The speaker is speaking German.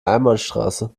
einbahnstraße